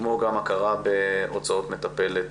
כמו גם הכרה בהוצאות מטפלת